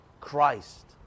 Christ